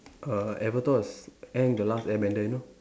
uh avatar was Aang the last airbender you know